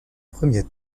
premier